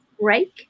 break